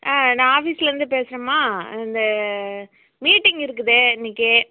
நான் ஆஃபீஸ்லேயிருந்து பேசுகிறேன்மா இந்த மீட்டிங் இருக்குது இன்றைக்கு